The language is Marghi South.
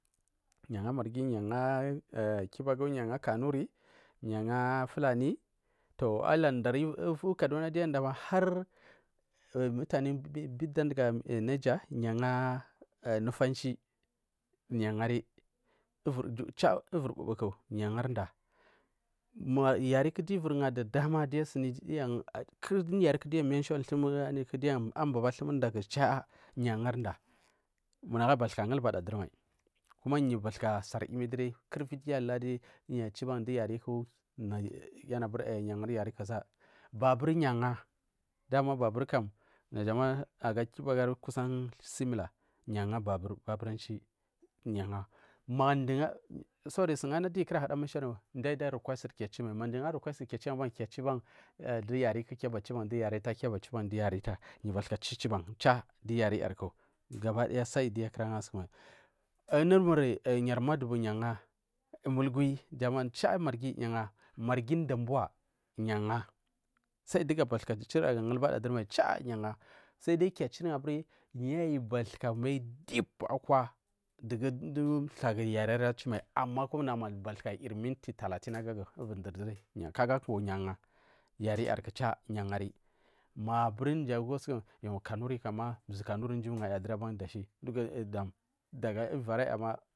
Yu angari marghi yu angari kbagu yu angari kanuri yu angari falani to aladariyu mudan nupe indigo niger yu angai nufachi cha wur mbu mbu ku ma yariku dadama giu ivur gariku michigwanum yu angari nda nagu abathuka gubada ndurimai kuma yu bathuka sar yimi duri kul lvi giu aladi yariku babur ya anga dama basur kam najama aga kbagu kusan similar ama babur baburanci manada are request ki achu yu achu du yari ku yu bathika chuban char yar youku yar madubu ya anga mugwi yi anga char marghi yu anga unur damba yu anga sai dugu abathika gulbada dur mai sai dai kiu a chiru abur bathuka mal deep akwa thlagur yariri ama nama bathuka yir minti talafin agap yari yarku cha yu anga maburi kanuri ma zu kanuri mdu angaya ndugu aban dashi daga in araya.